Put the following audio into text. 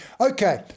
Okay